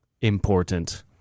important